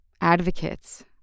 advocates